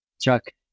Chuck